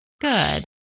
Good